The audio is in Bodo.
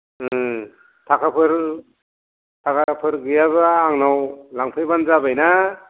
उम थाखाफोर थाखाफोर गैयाबा आंनाव लांफैबानो जाबायना